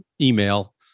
email